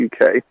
uk